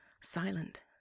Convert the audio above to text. silent